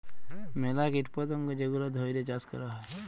ম্যালা কীট পতঙ্গ যেগলা ধ্যইরে চাষ ক্যরা হ্যয়